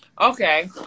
Okay